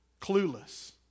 clueless